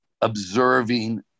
observing